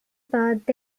perth